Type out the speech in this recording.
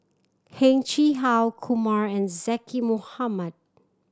Heng Chee How Kumar and Zaqy Mohamad